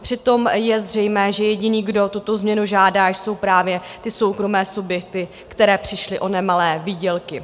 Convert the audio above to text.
Přitom je zřejmé, že jediný, kdo tuto změnu žádá, jsou právě soukromé subjekty, které přišly o nemalé výdělky.